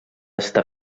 està